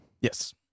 Yes